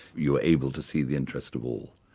you were able to see the interests of all.